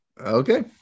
Okay